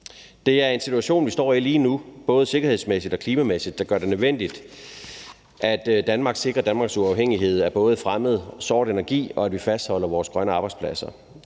Det er den situation, vi står i lige nu, både sikkerhedsmæssigt og klimamæssigt, der gør det nødvendigt, at Danmark sikrer sin uafhængighed af både fremmed og sort energi, og at vi fastholder på vores grønne arbejdspladser.